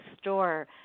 store